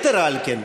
יתר על כן,